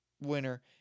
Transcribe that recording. winner